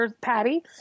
Patty